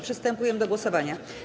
Przystępujemy do głosowania.